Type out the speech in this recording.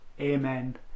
Amen